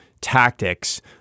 tactics